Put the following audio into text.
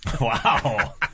Wow